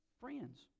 Friends